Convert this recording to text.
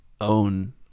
own